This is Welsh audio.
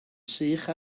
sych